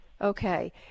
Okay